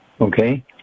okay